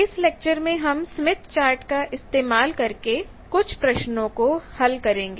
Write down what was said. इस लेक्चर में हम स्मिथ चार्ट का इस्तेमाल करके कुछ प्रश्नों को हल करेंगे